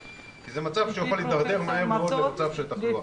כי זה מצב שיכול להידרדר מהר מאוד למצב של תחלואה.